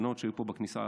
ההפגנות שהיו פה בכניסה,